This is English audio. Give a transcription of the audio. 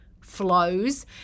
flows